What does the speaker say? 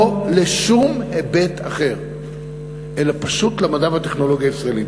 לא לשום היבט אחר אלא פשוט למדע ולטכנולוגיה הישראליים.